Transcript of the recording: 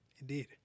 indeed